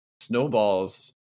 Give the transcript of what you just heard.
snowballs